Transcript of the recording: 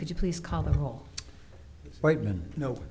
could you please call the whole whiteman no